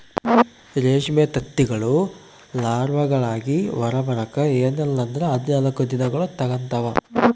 ರೇಷ್ಮೆ ತತ್ತಿಗಳು ಲಾರ್ವಾಗಳಾಗಿ ಹೊರಬರಕ ಎನ್ನಲ್ಲಂದ್ರ ಹದಿನಾಲ್ಕು ದಿನಗಳ್ನ ತೆಗಂತಾವ